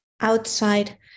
outside